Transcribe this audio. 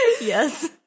Yes